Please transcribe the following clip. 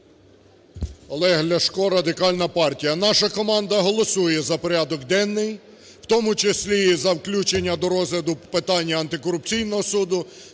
Олег Ляшко, Радикальна партія. Наша команда голосує за порядок денний, в тому числі і за включення до розгляду питання антикорупційного суду.